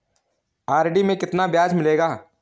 RD में कितना ब्याज मिलेगा?